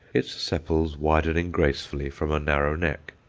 its sepals widening gracefully from a narrow neck.